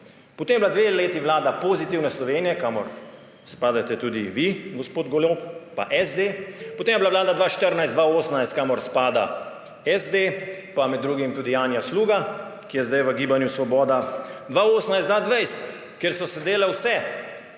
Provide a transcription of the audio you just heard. potem je bila dve leti vlada Pozitivne Slovenije, kamor spadate tudi vi gospod Golob pa SD, potem je bila vlada 2014−2018, kamor spada SD in med drugim tudi Janja Sluga, ki je zdaj v Gibanju Svoboda, 2018−2020, kjer so sedele vse